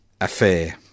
affair